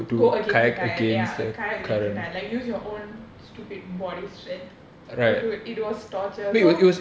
go against the kayak ya kayak against the tide like use your own stupid body strength to do it was torture so